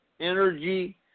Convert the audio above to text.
Energy